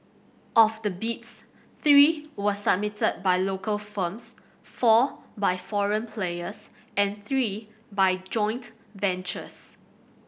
of the bids three were submitted by local firms four by foreign players and three by joint ventures